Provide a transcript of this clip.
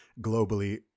globally